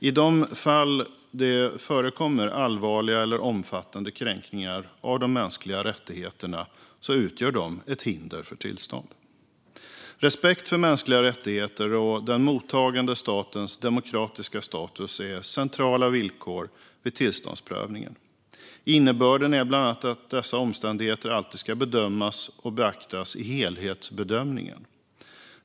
I de fall där det förekommer allvarliga eller omfattande kränkningar av de mänskliga rättigheterna utgör det ett hinder för tillstånd. Respekten för mänskliga rättigheter och den mottagande statens demokratiska status är centrala villkor vid tillståndsprövningen. Innebörden är bland annat att dessa omständigheter alltid ska bedömas och beaktas i helhetsbedömningen.